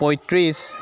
পঁয়ত্ৰিছ